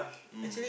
um